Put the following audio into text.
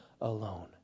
alone